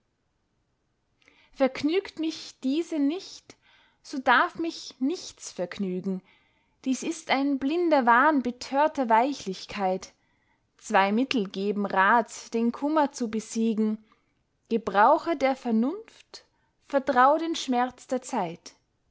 vergnügt mich diese nicht so darf mich nichts vergnügen dies ist ein blinder wahn betörter weichlichkeit zwei mittel geben rat den kummer zu besiegen gebrauche der vernunft vertrau den schmerz der zeit